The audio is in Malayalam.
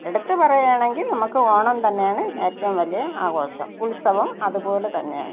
എടുത്തു പറയുകയാണെങ്കിൽ നമുക്ക് ഓണം തന്നെയാണ് ഏറ്റവും വലിയ ആഘോഷം ഉത്സവം അത് പോലെ തന്നെയാണ്